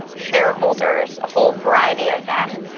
shareholders, a whole variety of them,